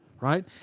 Right